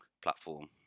platform